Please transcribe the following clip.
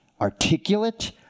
articulate